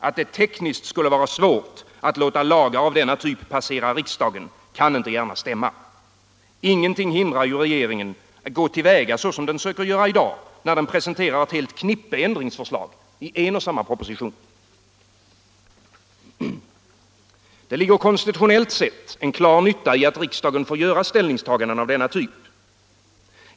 Att det tekniskt skulle vara svårt att låta lagar av denna typ passera riksdagen kan inte gärna stämma. Ingenting hindrar ju regeringen att gå till väga så som den försöker göra i dag när den presenterar ett helt knippe ändringsförslag i en och samma proposition. Det ligger konstitutionellt sett en klar nytta i att riksdagen får göra ställningstaganden av denna typ.